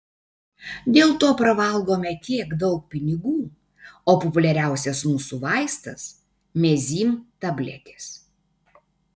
dėl to pravalgome tiek daug pinigų o populiariausias mūsų vaistas mezym tabletės